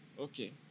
okay